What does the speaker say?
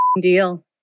deal